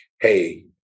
hey